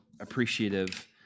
appreciative